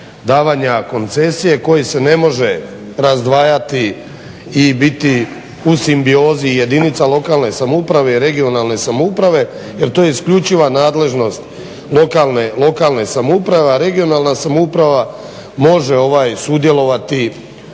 davanja koncesije koji se ne može razdvajati i biti u simbiozi jedinica lokalne i regionalne samouprave jer je to isključiva nadležnost lokalne samouprave, a regionalna samouprava može sudjelovati